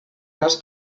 cas